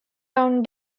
down